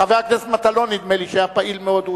חבר הכנסת מטלון נדמה לי שהיה פעיל מאוד.